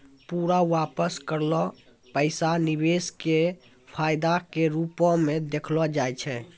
पूरा वापस करलो पैसा निवेश के फायदा के रुपो मे देखलो जाय छै